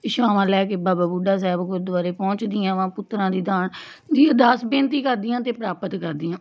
ਇੱਛਾਵਾਂ ਲੈ ਕੇ ਬਾਬਾ ਬੁੱਢਾ ਸਾਹਿਬ ਗੁਰਦੁਆਰੇ ਪਹੁੰਚਦੀਆਂ ਵਾਂ ਪੁੱਤਰਾਂ ਦੀ ਦਾਨ ਦੀ ਅਰਦਾਸ ਬੇਨਤੀ ਕਰਦੀਆਂ ਅਤੇ ਪ੍ਰਾਪਤ ਕਰਦੀਆਂ